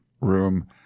room